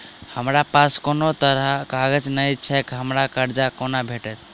हमरा पास कोनो तरहक कागज नहि छैक हमरा कर्जा कोना भेटत?